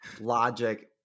logic